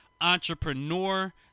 entrepreneur